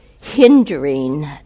hindering